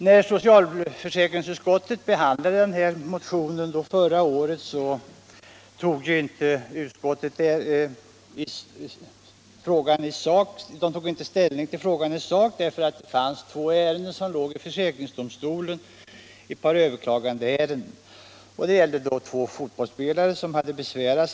När socialförsäkringsutskottet behandlade den här motionen förra året tog utskottet inte ställning till frågan i sak därför att två besvärsärenden låg i försäkringsdomstolen för prövning. Det gällde två fotbollsspelare, som hade överklagat.